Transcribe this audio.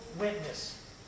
witness